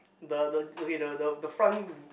the the okay the the the front